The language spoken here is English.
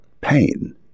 pain